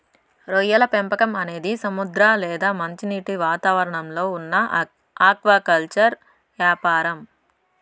రొయ్యల పెంపకం అనేది సముద్ర లేదా మంచినీటి వాతావరణంలో ఉన్న ఆక్వాకల్చర్ యాపారం